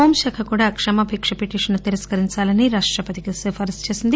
home శాఖ కూడా క్షమాభిక్ష పిటిషన్ ను తిరస్కరించాలని రాష్టపతికి సిఫార్పు చేసింది